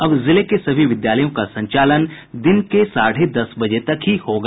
अब जिले के सभी विद्यालयों का संचालन दिन के साढ़े दस बजे तक होगा